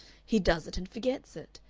he does it and forgets it.